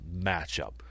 matchup